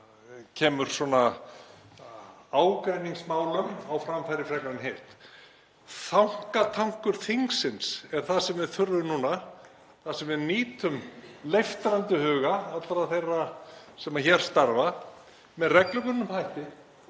og kemur kannski ágreiningsmálum á framfæri frekar en hitt. Þankatankur þingsins er það sem við þurfum núna þar sem við nýtum leiftrandi huga allra þeirra sem hér starfa með reglubundnum hætti,